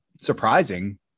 surprising